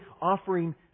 offering